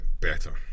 better